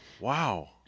Wow